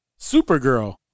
Supergirl